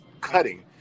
cutting